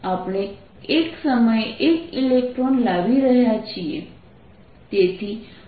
આપણે એક સમયે એક ઇલેક્ટ્રોન લાવી રહ્યા છીએ